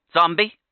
Zombie